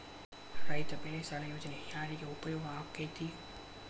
ರೈತ ಬೆಳೆ ಸಾಲ ಯೋಜನೆ ಯಾರಿಗೆ ಉಪಯೋಗ ಆಕ್ಕೆತಿ?